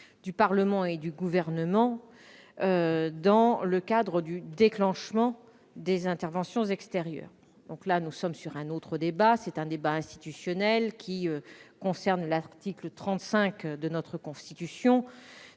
du Parlement et du Gouvernement dans le cadre du déclenchement des interventions extérieures. Il s'agit donc d'un autre débat, institutionnel, qui concerne l'article 35 de la Constitution.